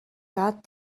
got